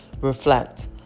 reflect